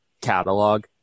catalog